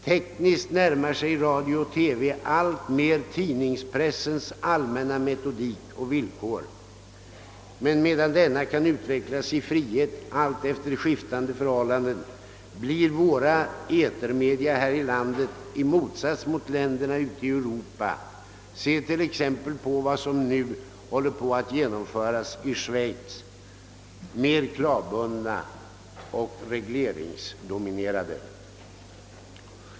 Tekniskt närmar sig radio och TV alltmer tidningspressens allmänna metodik och villkor, men medan den senare kan utvecklas i frihet alltefter skiftande förhållanden blir etermedia i vårt land i motsats till i länderna ute i Europa — se t.ex. vad som nu håller på att genomföras i Schweiz! — mer klavbundna och regleringsdominerade.